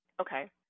okay